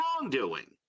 wrongdoing